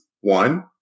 One